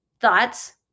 thoughts